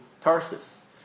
Tarsus